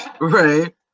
Right